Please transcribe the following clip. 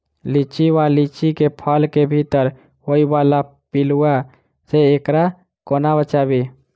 लिच्ची वा लीची केँ फल केँ भीतर होइ वला पिलुआ सऽ एकरा कोना बचाबी?